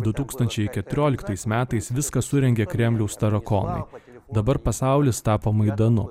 du tūkstančiai keturioliktais metais viskas surengė kremliaus tarakoną ir dabar pasaulis tapo maidanu